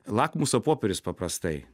lakmuso popierius paprastai